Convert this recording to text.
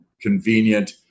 convenient